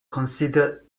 considered